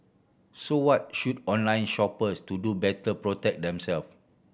so what should online shoppers to do better protect themself